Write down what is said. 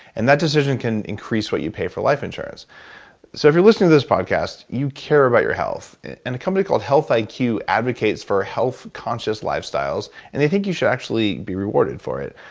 and that decision can increase what you pay for life insurance so if you're listening to this podcast you care about your health and a company called health like iq advocates for health conscious lifestyles and they think you should actually be rewarded for it.